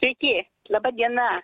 sveiki laba diena